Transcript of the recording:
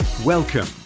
Welcome